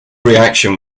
reaction